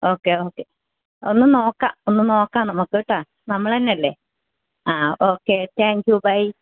okay okay ഒന്നുനോക്കാം ഒന്നുനോക്കാം നമുക്ക്ട്ടാ നമ്മൾ തന്നല്ലേ ആ ഓക്കെ താങ്ക് യൂ ബൈ